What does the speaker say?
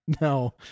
No